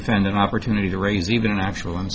defendant opportunity to raise even an actual